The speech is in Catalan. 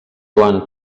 joan